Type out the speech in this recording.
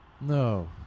No